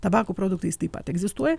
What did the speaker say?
tabako produktais taip pat egzistuoja